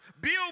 build